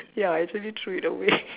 ya actually threw it away